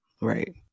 Right